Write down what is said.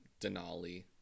Denali